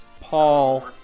Paul